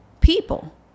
people